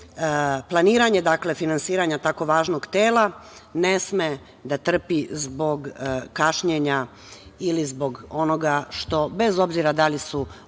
REM-a. Planiranje finansiranja tako važnog tela ne sme da trpi zbog kašnjenja ili zbog onoga što, bez obzira da li su objektivni